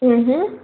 ಹೂಂ ಹ್ಞೂಂ